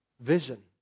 vision